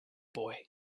boy